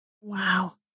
Wow